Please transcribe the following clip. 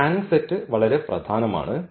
ഈ spanning set വളരെ പ്രധാനമാണ്